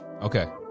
Okay